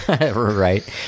Right